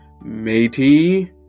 matey